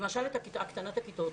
למשל הקטנת הכיתות.